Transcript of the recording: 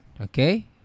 okay